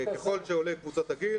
ככל שעולה קבוצת הגיל,